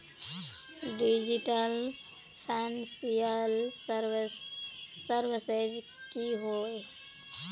Digital financial services की होय?